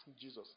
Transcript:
Jesus